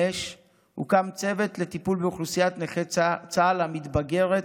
הוקם צוות לטיפול באוכלוסיית נכי צה"ל המתבגרת